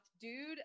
dude